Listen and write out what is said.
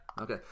Okay